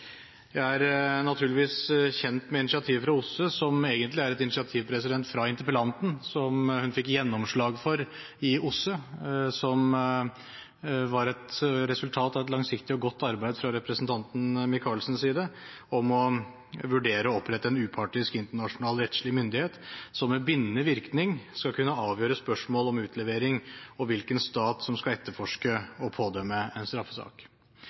Jeg er naturligvis kjent med initiativet fra OSSE, som egentlig er et initiativ fra interpellanten som hun fikk gjennomslag for i OSSE, og som var et resultat av et langsiktig og godt arbeid fra representanten Michaelsens side, om å vurdere å opprette en upartisk internasjonal rettslig myndighet som med bindende virkning skal kunne avgjøre spørsmål om utlevering, og hvilken stat som skal etterforske og pådømme en straffesak.